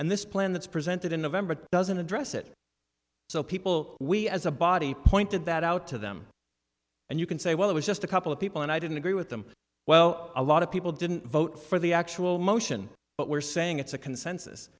and this plan that's presented in november doesn't address it so people we as a body pointed that out to them and you can say well it was just a couple of people and i didn't agree with them well a lot of people didn't vote for the actual motion but we're saying it's a consensus